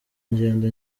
ngendo